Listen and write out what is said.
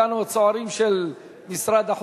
ביציע האורחים נמצאים אתנו צוערים של משרד החוץ,